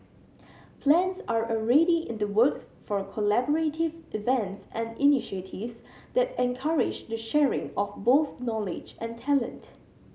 plans are already in the works for collaborative events and initiatives that encourage the sharing of both knowledge and talent